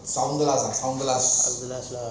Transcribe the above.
sound glass